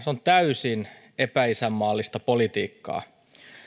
on täysin epäisänmaallista politiikkaa